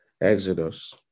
Exodus